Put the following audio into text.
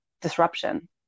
disruption